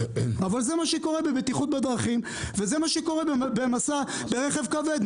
אבל זה מה שקורה בבטיחות בדרכים וזה מה שקורה במשא ברכב כבד.